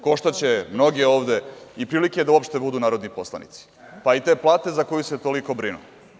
Koštaće mnoge ovde, i prilike da uopšte budu narodni poslanici, pa i te plate za koju se toliko brinu.